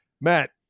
Matt